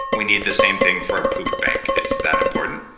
we need the same thing for a poop bank, it's that important.